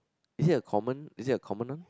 is it a common is it a common one